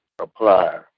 apply